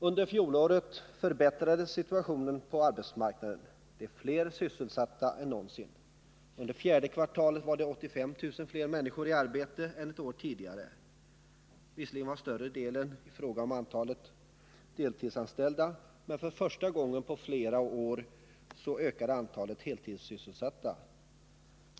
Under fjolåret förbättrades situationen på arbetsmarknaden. Det var fler sysselsatta än någonsin. Under fjärde kvartalet var det 85 000 fler människor i arbete än ett år tidigare. Visserligen var större delen deltidsanställda, men för första gången på flera år ökade antalet heltidssysselsatta.